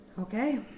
Okay